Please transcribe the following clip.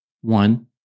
One